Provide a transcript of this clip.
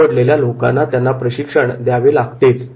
निवडलेल्या लोकांना त्यांना प्रशिक्षण द्यावे लागतेच